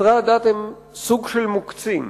שחסרי הדת הם סוג של מוקצים.